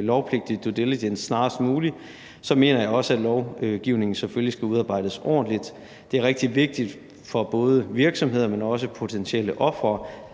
lovpligtig due diligence snarest muligt, så mener jeg også, at lovgivningen selvfølgelig skal udarbejdes ordentligt. Det er rigtig vigtigt for virksomheder, men også potentielle ofre